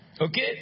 Okay